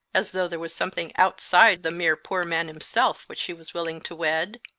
as though there was something outside the mere poor man himself which she was willing to wed.